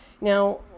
Now